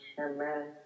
Amen